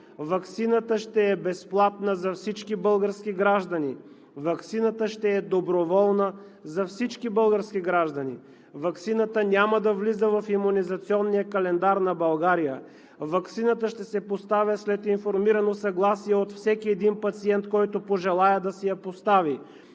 ваксината ще е безплатна за всички български граждани. Ваксината ще е доброволна за всички български граждани. Ваксината няма да влиза в имунизационния календар на България. Ваксината ще се поставя след информирано съгласие от всеки един пациент, който пожелае да си я постави.